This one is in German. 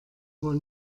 wohl